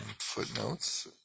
footnotes